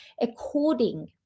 according